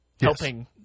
helping